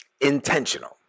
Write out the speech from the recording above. intentional